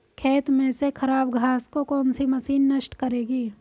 खेत में से खराब घास को कौन सी मशीन नष्ट करेगी?